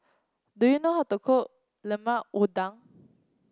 do you know how to cook Lemper Udang